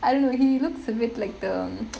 I don't know he looks a bit like the